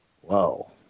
Whoa